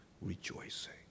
rejoicing